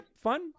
Fun